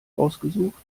ausgesucht